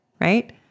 right